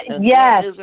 Yes